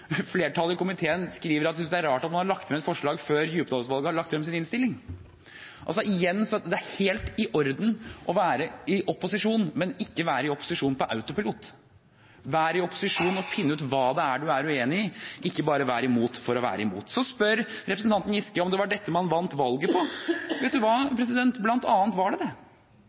flertallet i komiteen skriver at de synes det er rart at man har lagt frem forslag før Djupedal-utvalget har lagt frem sin innstilling. Igjen: Det er helt i orden å være i opposisjon, men ikke å være i opposisjon på autopilot. Vær i opposisjon og finn ut hva det er man er uenig i, ikke bare vær imot for å være imot! Så spør representanten Giske om det var dette man vant valget på.